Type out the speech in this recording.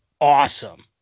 awesome